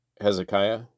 Hezekiah